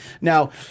Now